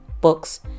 books